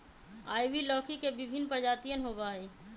ivy लौकी के विभिन्न प्रजातियन होबा हई